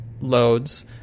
loads